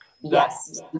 Yes